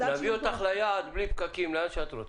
אז עד שיהיו פה רחפנים --- להביא אותך ליעד בלי פקקים לאן שאת רוצה.